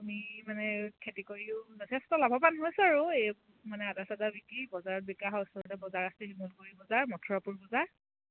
আুমি মানে খেতি কৰিও যথেষ্ট লাভৱান হৈছোঁ আৰু এই মানে আদা চাদা বিকি বজাৰত বিকা হয় ওচৰতে বজাৰ আছে শিমলুগুৰি বজাৰ মথুৰাপুৰ বজাৰ